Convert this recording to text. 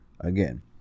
again